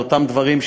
על אותם דברים,